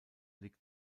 liegt